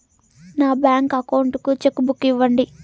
నా bank account కు cheque book ఇవ్వండి